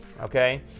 Okay